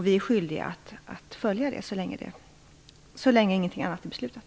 Vi är skyldiga att följa detta, så länge inget annat är beslutat.